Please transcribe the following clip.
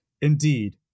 Indeed